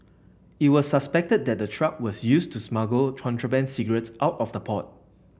it was suspected that the truck was used to smuggle contraband cigarettes out of the port